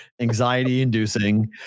anxiety-inducing